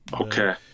okay